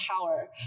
power